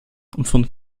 von